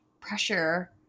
pressure